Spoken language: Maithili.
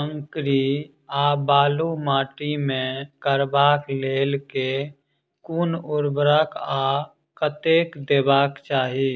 अंकरी आ बालू माटि मे करबाक लेल केँ कुन उर्वरक आ कतेक देबाक चाहि?